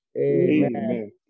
Amen